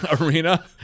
Arena